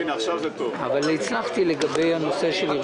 אבל זו רוויזיה שהייתה בדיון.